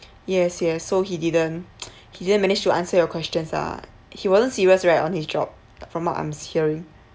yes yes so he didn't he didn't manage to answer your questions ah he wasn't serious right on his job from what I'm hearing